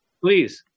Please